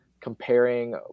comparing